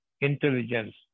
intelligence